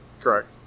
Correct